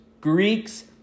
Greeks